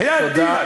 בחייאת דינכ?